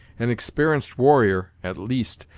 an exper'enced warrior, at least,